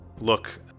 look